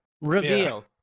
Reveal